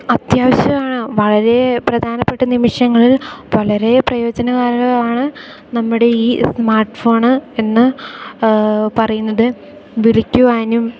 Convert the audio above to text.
അത്യാവശ്യമാണ് വളരെ പ്രധാനപ്പെട്ട നിമിഷങ്ങളിൽ വളരെ പ്രയോജനകരമാണ് നമ്മുടെ ഈ സ്മാർട്ട് ഫോണ് എന്നു പറയുന്നത് വിളിക്കുവാനും